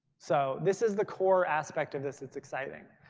so this is the core aspect of this that's exciting.